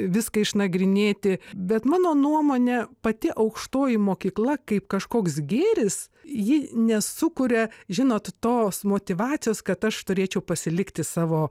viską išnagrinėti bet mano nuomone pati aukštoji mokykla kaip kažkoks gėris ji nesukuria žinot tos motyvacijos kad aš turėčiau pasilikti savo